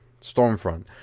Stormfront